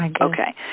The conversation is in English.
Okay